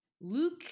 Luke